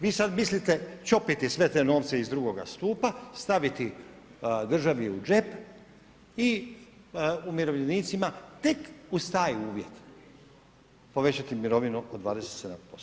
Vi sad mislite čopiti sve te novce iz II. stupa, staviti državi u džep i umirovljenicima tek uz taj uvjet povećati mirovinu od 27%